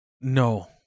No